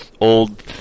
old